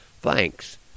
Thanks